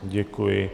Děkuji.